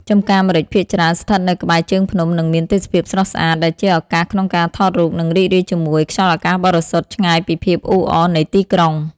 ចម្ការម្រេចភាគច្រើនស្ថិតនៅក្បែរជើងភ្នំ និងមានទេសភាពស្រស់ស្អាត ដែលជាឱកាសក្នុងការថតរូប និងរីករាយជាមួយខ្យល់អាកាសបរិសុទ្ធ ឆ្ងាយពីភាពអ៊ូអរនៃទីក្រុង ។